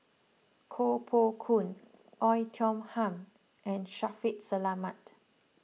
Koh Poh Koon Oei Tiong Ham and Shaffiq Selamat